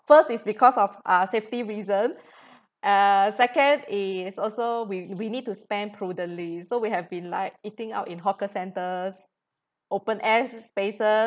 first it's because of uh safety reason uh second is also we we need to spend prudently so we have been like eating out in hawker centres open air spaces